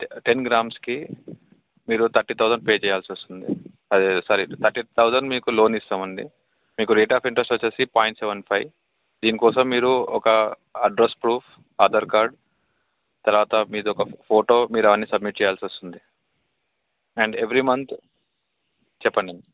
ten గ్రామ్స్కి మీరు thirty thousand pay చేయాల్సి వస్తుంది అదే సారీ థర్టీ థౌసండ్ మీకు లోన్ ఇస్తాం అండి మీకు రేట్ అఫ్ ఇంట్రస్ట్ వచ్చి పాయింట్ సెవెన్ ఫైవ్ దీనికోసం మీరు ఒక అడ్రస్ ప్రూఫ్ ఆధార్ కార్డ్ తర్వాత మీది ఒక ఫోటో మీరు అవన్నీ సబ్మిట్ చేయాల్సి వస్తుంది అండ్ ఎవ్రీ మంత్ చెప్పండి